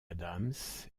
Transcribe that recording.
adams